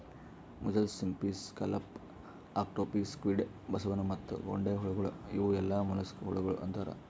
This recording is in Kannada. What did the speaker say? ಮುಸ್ಸೆಲ್ಸ್, ಸಿಂಪಿ, ಸ್ಕಲ್ಲಪ್ಸ್, ಆಕ್ಟೋಪಿ, ಸ್ಕ್ವಿಡ್, ಬಸವನ ಮತ್ತ ಗೊಂಡೆಹುಳಗೊಳ್ ಇವು ಎಲ್ಲಾ ಮೊಲಸ್ಕಾ ಹುಳಗೊಳ್ ಅಂತಾರ್